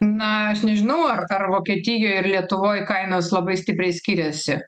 na aš nežinau ar ar vokietijoj ir lietuvoj kainos labai stipriai skiriasi